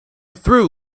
through